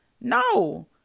No